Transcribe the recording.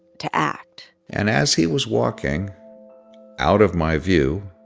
to act and as he was walking out of my view,